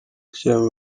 gushyiramo